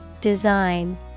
Design